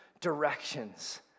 directions